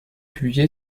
publié